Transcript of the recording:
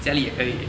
家里也可以